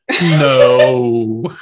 no